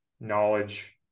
Knowledge